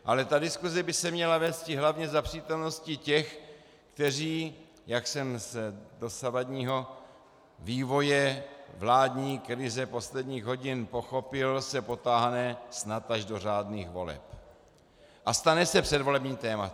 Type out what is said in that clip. Ale ta diskuse by se měla vésti hlavně za přítomnosti těch, kteří, jak jsem z dosavadního vývoje vládní krize posledních hodin pochopil, se potáhne snad až do řádných voleb a stane se předvolebním tématem.